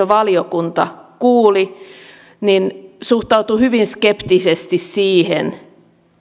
valiokunta kuuli suhtautuivat hyvin skeptisesti siihen